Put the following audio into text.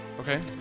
okay